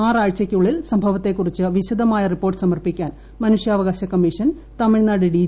ആറ് ആഴ്ചകുള്ളിൽ സംഭവത്തെ കുറിച്ച് വിശദമായ റിപ്പോർട്ട് സമർപ്പിക്കാൻ മനുഷ്യവകാശ കമ്മീഷൻ തമിഴ്നാട് ഡി